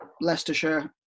Leicestershire